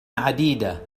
عديدة